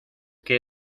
que